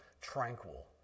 tranquil